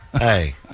hey